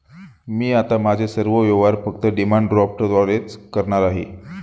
मी आता माझे सर्व व्यवहार फक्त डिमांड ड्राफ्टद्वारेच करणार आहे